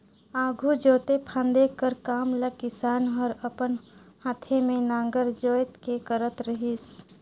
आघु जोते फादे कर काम ल किसान हर अपन हाथे मे नांगर जोएत के करत रहिस